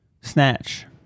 Snatch